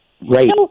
Right